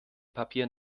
papier